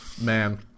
man